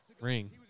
ring